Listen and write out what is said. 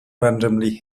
randomly